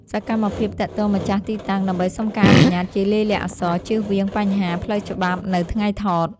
សកម្មភាពទាក់ទងម្ចាស់ទីតាំងដើម្បីសុំការអនុញ្ញាតជាលាយលក្ខណ៍អក្សរ ជៀសវាងបញ្ហាផ្លូវច្បាប់នៅថ្ងៃថត។